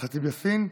ח'טיב יאסין.